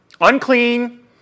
unclean